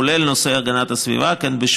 כולל נושא הגנת הסביבה כאן,